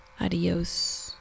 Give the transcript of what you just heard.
adios